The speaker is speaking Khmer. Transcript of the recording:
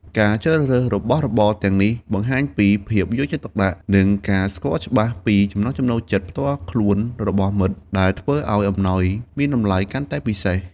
ការជ្រើសរើសរបស់របរទាំងនេះបង្ហាញពីភាពយកចិត្តទុកដាក់ និងការស្គាល់ច្បាស់ពីចំណង់ចំណូលចិត្តផ្ទាល់ខ្លួនរបស់មិត្ត ដែលធ្វើឲ្យអំណោយមានតម្លៃកាន់តែពិសេស។